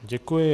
Děkuji.